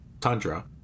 tundra